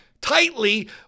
tightly